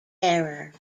error